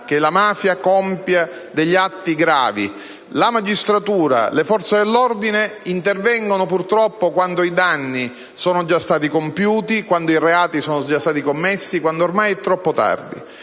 che essa compia degli atti gravi. La magistratura e le forze dell'ordine intervengono, purtroppo, quando i danni sono già stati compiuti, quando i reati sono già stati commessi, quando ormai è troppo tardi.